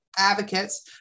advocates